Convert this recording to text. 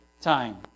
time